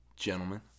Gentlemen